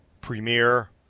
Premiere